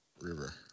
river